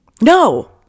No